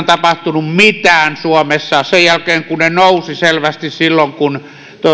tapahtunut mitään suomessa sen jälkeen kun ne nousivat selvästi silloin kun